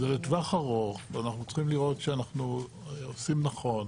זה לטווח ארוך ואנחנו צריכים לראות שאנחנו עושים נכון.